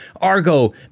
Argo